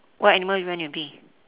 what animal you want to be